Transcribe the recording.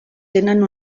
tenen